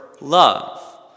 love